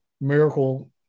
Miracle